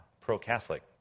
pro-Catholic